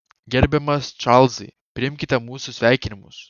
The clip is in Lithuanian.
gerbiamas čarlzai priimkite mūsų sveikinimus